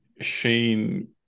Shane